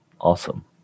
Awesome